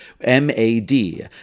M-A-D